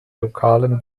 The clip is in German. lokalen